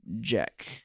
Jack